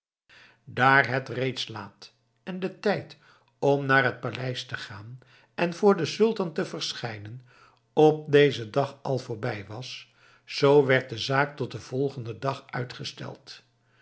daar het reeds laat en de tijd om naar het paleis te gaan en voor den sultan te verschijnen op dezen dag al voorbij was zoo werd de zaak tot den volgenden dag uitgesteld